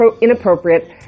inappropriate